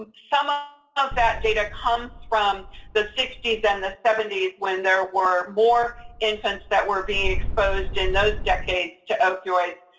ah some ah of that data comes from the sixty s and the seventy s when there were more infants that were being exposed in those decades to opioids.